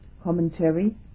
commentary